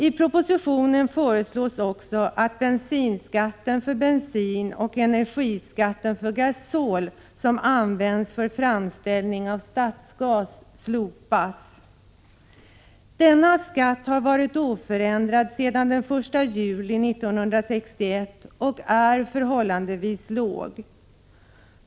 I propositionen föreslås också att skatten på bensin och gasol som används för framställning av stadsgas slopas. Denna skatt har varit oförändrad sedan den 1 juli 1961 och är förhållandevis låg.